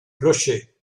clocher